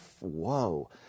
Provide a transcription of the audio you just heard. Whoa